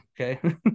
Okay